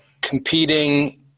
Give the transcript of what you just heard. competing